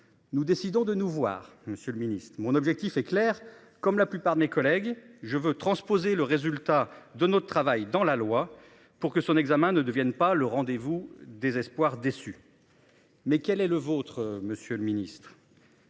Nous décidons de nous voir Monsieur le Ministre. Mon objectif est clair, comme la plupart de mes collègues je veux transposer le résultat de notre travail dans la loi pour que son examen ne devienne pas le rendez-vous désespoir déçu. Mais quel est le vôtre. Monsieur le ministre.